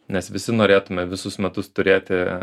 nes visi norėtume visus metus turėti